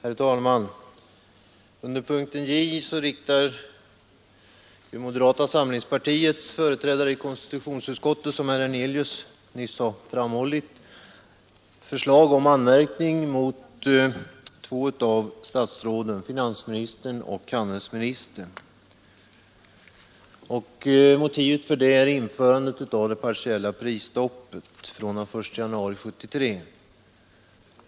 Nr 74 Herr talman! Under punkten J i detta betänkande framför moderata ä : EE : a z Torsdagen den samlingspartiets företrädare i konstitutionsutskottet såsom herr Hernelius 26 april 1973 nyss har framhållit yrkande om anmärkning mot två av statsråden — finansministern och handelsministern. Motivet för detta är införandet av det partiella prisstoppet från den 1 januari 1973.